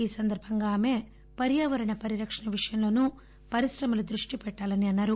ఈ సందర్భంగా ఆమె పర్యావరణ పరిరక్షణ విషయంలోను పరిశ్రమలు దృష్టి పెట్టాలని అన్నారు